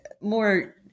more